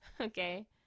Okay